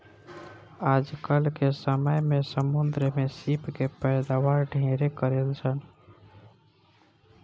आजकल के समय में समुंद्र में सीप के पैदावार ढेरे करेलसन